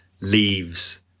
leaves